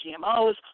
GMOs